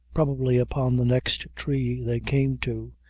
probably upon the next tree they came to,